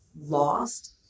lost